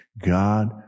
God